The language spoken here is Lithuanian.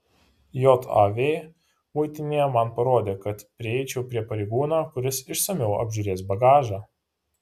jav muitinėje man parodė kad prieičiau prie pareigūno kuris išsamiau apžiūrės bagažą